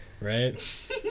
right